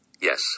Yes